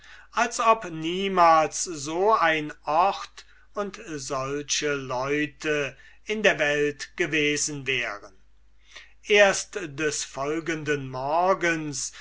als ob niemals so ein ort und solche leute in der welt gewesen wären erst des folgenden morgens